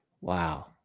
Wow